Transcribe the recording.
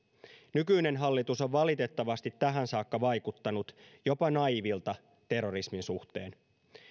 nykyinen hallitus on valitettavasti tähän saakka vaikuttanut jopa naiivilta terrorismin suhteen